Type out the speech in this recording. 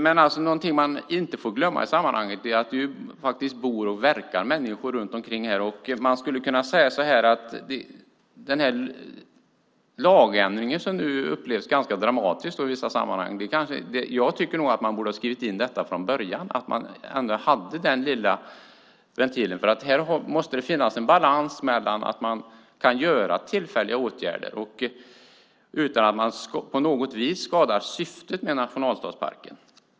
Men något man inte får glömma i sammanhanget är att det bor och verkar människor runt omkring området. Den lagändring som nu av vissa upplevs som dramatisk är egentligen något som jag tycker att man borde ha skrivit in från början, så att det fanns en liten ventil. Det måste finnas en balans så att man kan vidta tillfälliga åtgärder utan att skada syftet med nationalstadsparken.